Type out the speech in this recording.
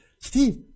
Steve